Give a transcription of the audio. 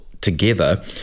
together